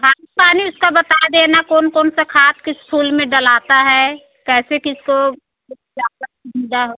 खाद पानी उसका बता देना कौन कौन सा खाद किस फूल में डलता है कैसे किसको